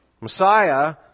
Messiah